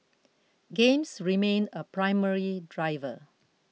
games remain a primary driver